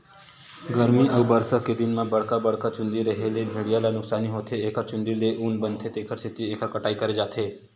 गरमी अउ बरसा के दिन म बड़का बड़का चूंदी रेहे ले भेड़िया ल नुकसानी होथे एखर चूंदी ले ऊन बनथे तेखर सेती एखर कटई करे जाथे